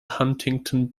huntington